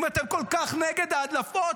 אם אתם כל כך נגד ההדלפות,